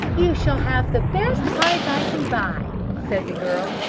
you shall have the best pipe i can buy, said the girl.